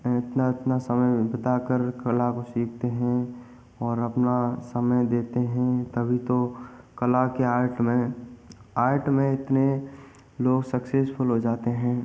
और इतना इतना समय बिता कर कला को सीखते हैं और अपना समय देते हैं तभी तो कला के आर्ट में आर्ट में इतने लोग सक्सेसफुल हो जाते हैं